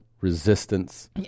resistance